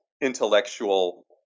intellectual